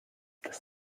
das